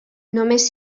només